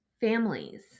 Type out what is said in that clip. families